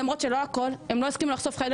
למרות שלא את הכול כי הם לא הסכימו לחשוף חלק